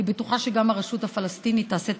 אני בטוחה שגם הרשות הפלסטינית תעשה את